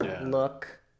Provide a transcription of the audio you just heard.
look